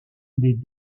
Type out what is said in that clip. les